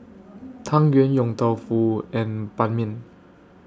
Tang Yuen Yong Tau Foo and Ban Mian